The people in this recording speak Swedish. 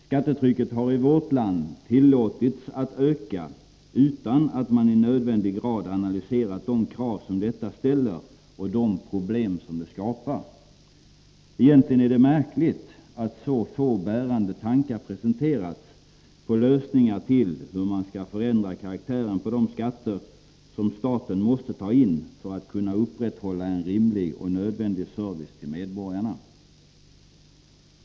Skattetrycket har i vårt land tillåtits att öka utan att man i nödvändig grad analyserat de krav som detta ställer och de problem som det skapar. Egentligen är det märkligt att så få bärande tankar presenterats om lösningar på hur man skall förändra karaktären av de skatter som staten måste ta in för att upprätthålla en rimlig och nödvändig service till medborgarna.